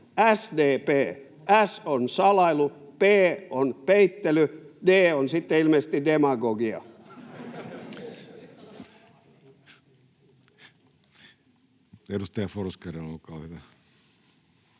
S on salailu, P on peittely, D on sitten ilmeisesti demagogia. [Naurua — Eduskunnasta: Nyt